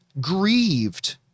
grieved